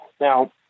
Now